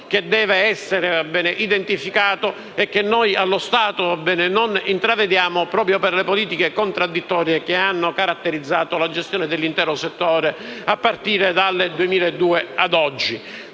che deve essere identificato e che allo stato non intravediamo, proprio per le politiche contraddittorie che hanno caratterizzato la gestione dell'intero settore dal 2002 a oggi.